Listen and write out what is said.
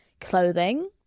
clothing